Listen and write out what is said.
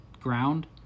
ground